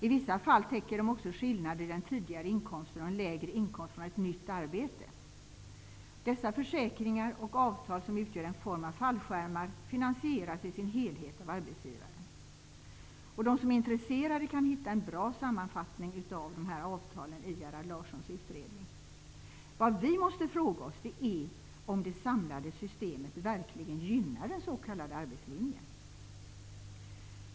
I vissa fall täcker de också skillnader mellan den tidigare inkomsten och en lägre inkomst från ett nytt arbete. Dessa försäkringar och avtal, som utgör en form av fallskärmar, finansieras i sin helhet av arbetsgivaren. Den som är intresserad kan hitta en bra sammanfattning av dessa avtal i Gerhard Larssons utredning. Vad vi måste fråga oss är om det samlade systemet verkligen gynnar den s.k. arbetslinjen.